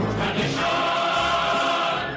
Tradition